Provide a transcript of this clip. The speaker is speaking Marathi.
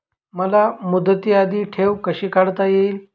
मला मुदती आधी ठेव कशी काढता येईल?